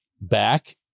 back